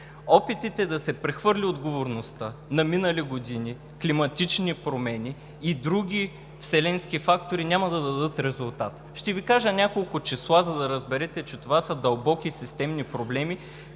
Опитите да се прехвърли отговорността на минали години, климатични промени и други вселенски фактори, няма да дадат резултат. Ще Ви кажа няколко числа, за да разберете, че това са дълбоки системни проблеми